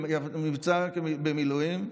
למבצע במילואים,